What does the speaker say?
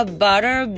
butter